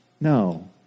No